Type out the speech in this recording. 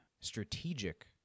strategic